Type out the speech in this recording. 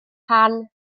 pan